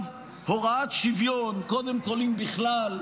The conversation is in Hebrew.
הוראת שוויון, קודם כול, אם בכלל,